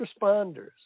responders